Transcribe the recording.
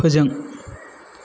फोजों